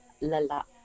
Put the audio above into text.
lala